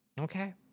okay